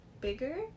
bigger